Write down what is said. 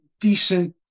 decent